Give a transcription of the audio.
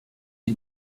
die